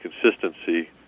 consistency